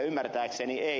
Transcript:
ymmärtääkseni ei